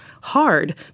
hard